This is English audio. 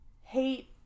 hate